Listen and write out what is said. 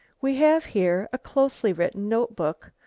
we have here a closely written notebook,